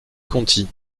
conti